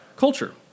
culture